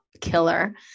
killer